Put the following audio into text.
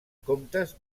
comptes